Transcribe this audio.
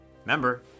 remember